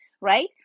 right